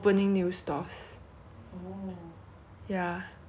then like basically every time you got nothing to do then 我们 just 去那个